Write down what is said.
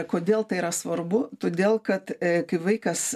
kodėl tai yra svarbu todėl kad kai vaikas